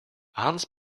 hans